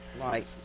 Right